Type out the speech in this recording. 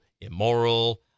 immoral